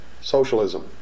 socialism